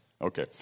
Okay